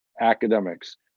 academics